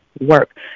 work